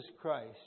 Christ